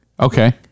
Okay